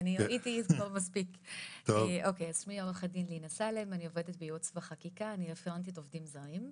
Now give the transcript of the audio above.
רפרנטית עובדים זרים,